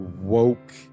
woke